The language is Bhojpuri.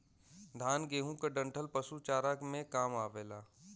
धान, गेंहू क डंठल पशु चारा में काम आवेला